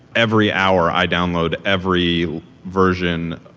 every hour i download every version,